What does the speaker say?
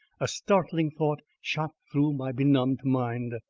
a startling thought shot through my benumbed mind.